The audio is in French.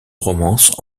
romance